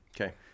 Okay